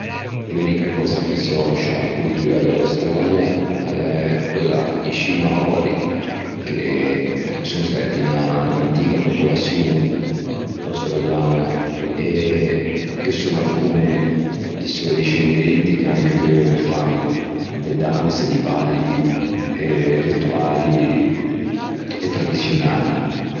L'unica cösa che so in sciâ coltua de l'Aostralia a l'é quella in scî Mahori che son stæti 'na 'n'antiga popolaçion aostraliaña e ghe son ancon i seu discendenti che ancheu fan de danse, di balli rituali e tradiçionali